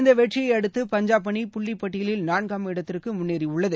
இந்தவெற்றியைஅடுத்து பஞ்சாப் அணி புள்ளிப் பட்டியலில் நான்காம் இடத்திற்குமுன்னேறியுள்ளது